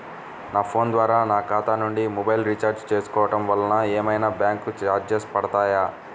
నా ఫోన్ ద్వారా నా ఖాతా నుండి మొబైల్ రీఛార్జ్ చేసుకోవటం వలన ఏమైనా బ్యాంకు చార్జెస్ పడతాయా?